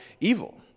evil